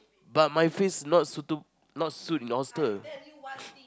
but my face not suitable not suit in the hostel